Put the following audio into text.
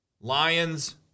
Lions